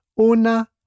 una